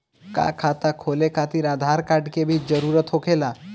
का खाता खोले खातिर आधार कार्ड के भी जरूरत होखेला?